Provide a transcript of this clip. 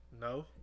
no